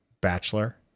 Bachelor